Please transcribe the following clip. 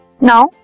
Now